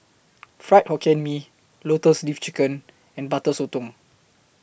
Fried Hokkien Mee Lotus Leaf Chicken and Butter Sotong